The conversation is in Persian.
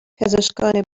پزشکان